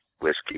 whiskey